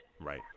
Right